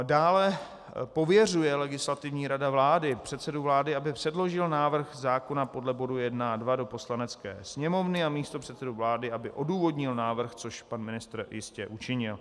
Dále pověřuje Legislativní rada vlády předsedu vlády, aby předložil návrh zákona podle bodů 1 a 2. do Poslanecké sněmovny, a místopředsedu vlády, aby odůvodnil návrh, což pan ministr jistě učinil.